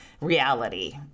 reality